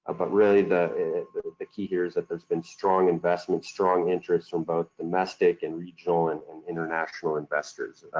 ah but really the the key here is that there's been strong investment, strong interest from both domestic and regional and and international investors.